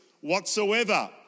whatsoever